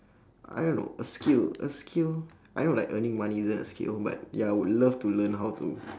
I don't know a skill a skill I know like earning money isn't a skill ya but I would love to learn how to